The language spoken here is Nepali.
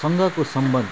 सँगको सम्बन्ध